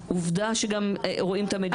עובדה שגם רואים את המגמה של העלייה